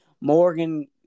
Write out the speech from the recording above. Morgan